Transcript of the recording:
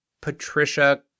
Patricia